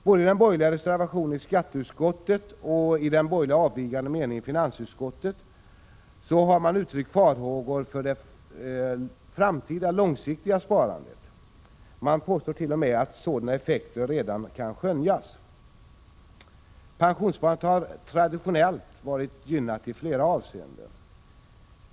Både i den borgerliga reservationen i skatteutskottet och i den borgerliga avvikande meningen i finansutskottets yttrande har det uttryckts farhågor för 89 det framtida långsiktiga sparandet. De borgerliga påstår t.o.m. att sådana effekter redan kan skönjas. Pensionssparandet har traditionellt varit gynnat i flera avseenden.